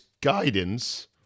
guidance